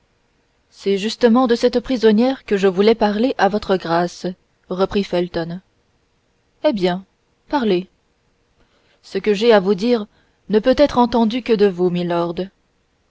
c'est justement de cette prisonnière que je voulais parler à votre grâce reprit felton eh bien parlez ce que j'ai à vous dire ne peut être entendu que de vous milord